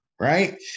right